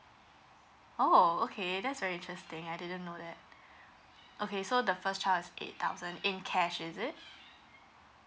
oh okay that's very interesting I didn't know that okay so the first child is eight thousand in cash is it